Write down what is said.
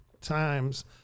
Times